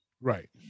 right